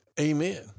Amen